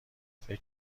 فکر